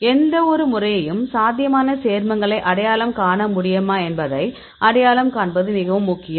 எந்தவொரு முறையும் சாத்தியமான சேர்மங்களை அடையாளம் காண முடியுமா என்பதை அடையாளம் காண்பது மிகவும் முக்கியம்